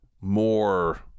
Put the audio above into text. more